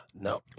No